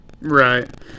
Right